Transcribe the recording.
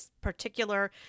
particular